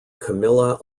camilla